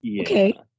Okay